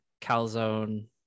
calzone